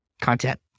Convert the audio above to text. content